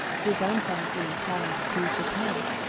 his own fancy inclined to japan.